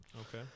Okay